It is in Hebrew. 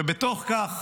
ובתוך כך